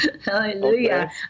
Hallelujah